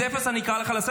דבר על עצמך.